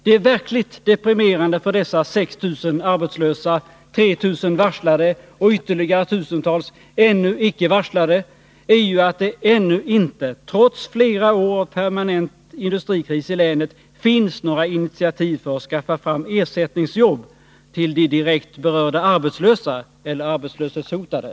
Det verkligt deprimerande för dessa 6 000 arbetslösa, 3 000 varslade och ytterligare tusentals ännu icke varslade är att det ännu inte, trots flera år av permanent industrikris i länet, finns några initiativ för att skaffa fram ersättningsjobb till de direkt berörda arbetslösa eller arbetslöshetshotade.